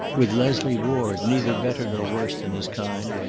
with leslie ward, neither better nor worse than his kind,